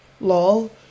Lol